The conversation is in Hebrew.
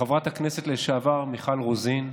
לחברת הכנסת לשעבר מיכל רוזין,